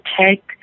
take